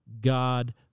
God